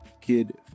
kid